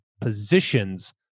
positions